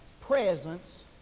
presence